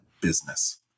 business